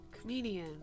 Comedian